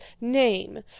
name